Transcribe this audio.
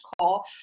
call